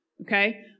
Okay